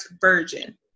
virgin